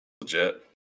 Legit